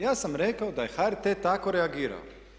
Ja sam rekao da je HRT tako reagirao.